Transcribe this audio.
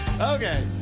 Okay